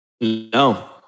No